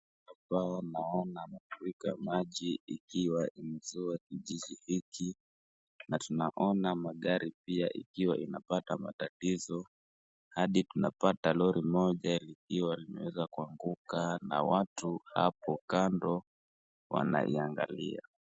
Hapa naona mafuriko ya maji ikiwa imezua kiji hiki na tunaona magari pia ikiwa inapata matatizo hadi tunapata lori moja likiwa limeweza kuanguka na watu hapo kando wanaiangalia.